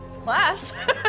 class